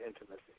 intimacy